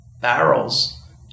barrels